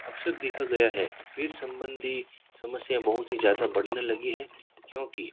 अक्सर देखा गया है पेट संबंधी समस्या बहुत ही ज़्यादा बढ़ने लगी है क्योंकि